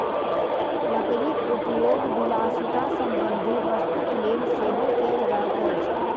लकड़ीक उपयोग विलासिता संबंधी वस्तुक लेल सेहो कयल जाइत अछि